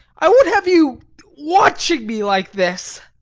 i won't have you watching me like this!